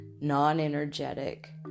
non-energetic